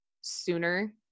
sooner